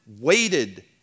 waited